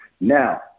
Now